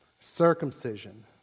Circumcision